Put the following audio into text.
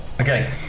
Okay